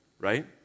right